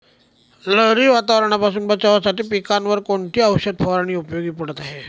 लहरी वातावरणापासून बचावासाठी पिकांवर कोणती औषध फवारणी उपयोगी पडत आहे?